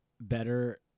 better